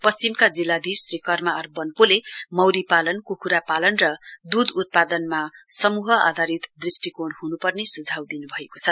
पश्चिमका जिल्लाधीश श्री कर्म आर बन्पोले मौरी पालन कूख्रा पालन र दूध उत्पादनमा समूह आधारित दृष्टिकोण ह्नुपर्ने सुझाउ दिनुभएको छ